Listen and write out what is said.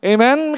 Amen